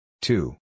Two